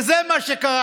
וזה מה שקרה,